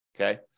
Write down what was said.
Okay